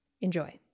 Enjoy